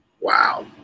Wow